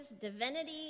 divinity